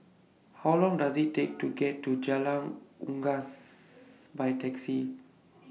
How Long Does IT Take to get to Jalan Unggas By Taxi